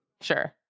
sure